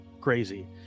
crazy